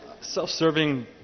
self-serving